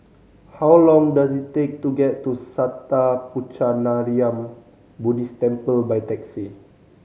how long does it take to get to Sattha Puchaniyaram Buddhist Temple by taxi